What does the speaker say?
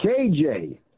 KJ